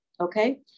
Okay